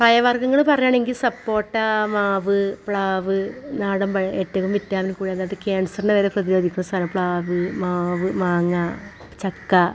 പയ വർഗ്ഗങ്ങൾ പറയുകയാണെങ്കിൽ സപ്പോട്ട മാവ് പ്ലാവ് നാടൻപഴം ഏറ്റവും വിറ്റാമിൻ കുഴന്നത് ക്യൻസറിനെ വരെ പ്രതിരോധിക്കു സാധനം പ്ലാവ് മാവ് മാങ്ങ ചക്ക